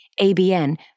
ABN